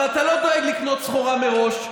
אבל אתה לא דואג לקנות סחורה מראש.